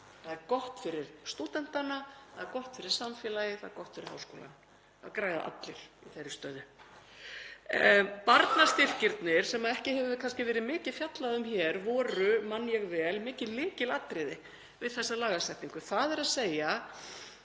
Það er gott fyrir stúdentana, gott fyrir samfélagið, það er gott fyrir háskólann, það græða allir á þeirri stöðu. Barnastyrkirnir, sem ekki hefur kannski verið mikið fjallað um hér, voru, man ég vel, mikið lykilatriði við þessa lagasetningu, þ.e. að